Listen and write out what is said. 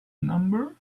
number